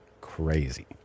crazy